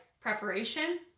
preparation